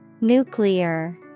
Nuclear